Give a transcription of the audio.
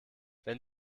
wenn